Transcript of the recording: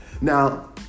Now